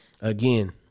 again